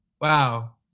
Wow